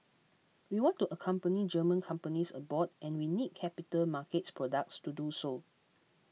we want to accompany German companies abroad and we need capital markets products to do so